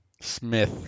Smith